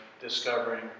discovering